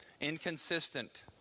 Inconsistent